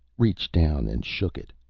reached down and shook it.